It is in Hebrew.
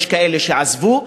יש כאלה שעזבו,